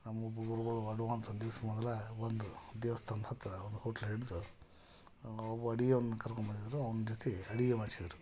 ನಮ್ಮ ಗುರುಗಳು ಹೊರ್ಡ್ವಂತ ಒಂದು ದಿವ್ಸ ಮೊದಲೆ ಬಂದು ದೇವಸ್ಥಾನ್ದ ಹತ್ತಿರ ಒಂದು ಹೋಟ್ಲ್ ಹಿಡ್ದು ಒಬ್ಬ ಅಡ್ಗಿಯವ್ನ ಕರ್ಕೊಂಬಂದಿದ್ದರು ಅವ್ನ ಜೊತೆ ಅಡಿಗೆ ಮಾಡ್ಸಿದ್ದರು